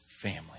family